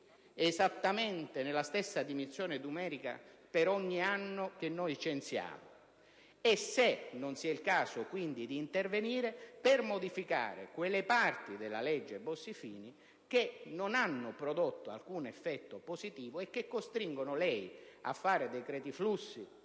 esattamente la stessa dimensione numerica per ogni anno che noi censiamo. Chiediamo, quindi, se non sia il caso di intervenire per modificare quelle parti della cosiddetta legge Bossi-Fini che non hanno prodotto alcun effetto positivo e che costringono lei a fare decreti flussi